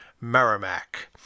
Merrimack